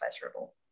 pleasurable